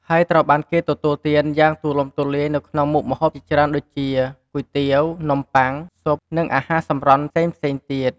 ហើយត្រូវបានគេទទួលទានយ៉ាងទូលំទូលាយនៅក្នុងមុខម្ហូបជាច្រើនដូចជា គុយទាវ នំបុ័ង ស៊ុប និងអាហារសម្រន់ផ្សេងៗទៀត។